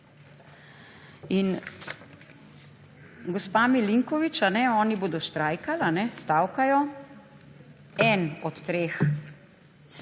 In gospa Milinković, da oni bodo štrajkali, stavkajo. Eden od treh